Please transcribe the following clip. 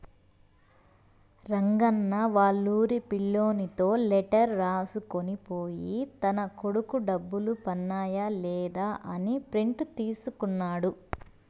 రంగన్న వాళ్లూరి పిల్లోనితో లెటర్ రాసుకొని పోయి తన కొడుకు డబ్బులు పన్నాయ లేదా అని ప్రింట్ తీసుకున్నాడు